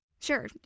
Sure